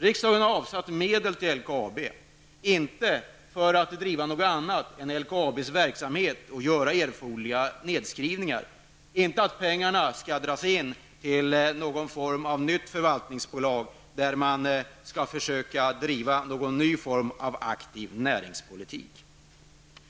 Riksdagen har avsatt medel till LKAB, inte för att driva något annat än LKABs verksamhet och för att göra erforderliga nedskrivningar, inte för att pengarna skall dras in i en ny form av förvaltningsbolag, där man skall försöka driva en ny typ av aktiv näringspolitik.